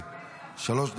שלוש דקות.